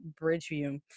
Bridgeview